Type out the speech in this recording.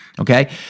Okay